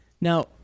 Now